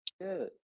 Good